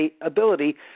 ability